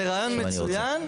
זה רעיון מצוין,